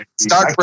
start